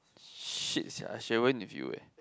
shit sia I should've went with you eh